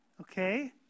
okay